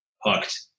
hooked